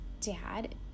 dad